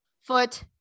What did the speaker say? foot